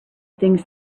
things